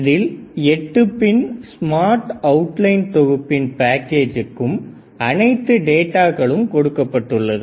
8 pin smart outline தொகுப்பின் பேக்கேஜ்க்கும் அனைத்து டேட்டாகளும் கொடுக்கப்பட்டுள்ளது